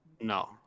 No